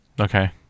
Okay